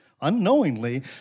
unknowingly